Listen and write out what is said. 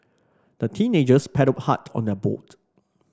the teenagers paddled hard on their boat